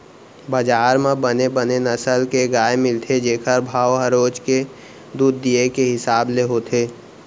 बजार म बने बने नसल के गाय मिलथे जेकर भाव ह रोज के दूद दिये के हिसाब ले होथे